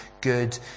good